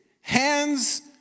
Hands